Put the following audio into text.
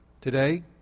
today